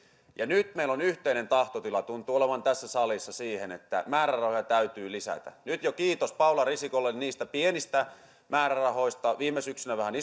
nyt meillä tuntuu olevan yhteinen tahtotila tässä salissa siihen että määrärahoja täytyy lisätä nyt jo kiitos paula risikolle niistä pienistä määrärahoista viime syksynä vähän